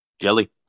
Jelly